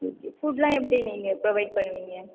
okay ஃபுட்லாம் எப்படி நீங்கள் ப்ரொவைட் பண்ணுவீங்க